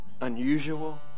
unusual